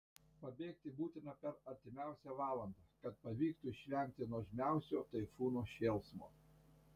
pabėgti būtina per artimiausią valandą kad pavyktų išvengti nuožmiausio taifūno šėlsmo